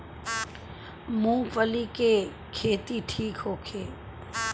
मूँगफली के खेती ठीक होखे?